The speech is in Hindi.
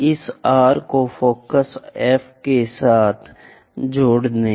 इसी प्रकार इस R को फोकस F के साथ जोड़ दें